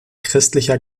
christlicher